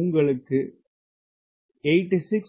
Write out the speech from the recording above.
உங்களுக்கு 86